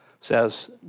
says